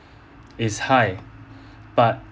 is high but